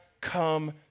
come